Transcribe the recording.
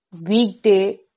weekday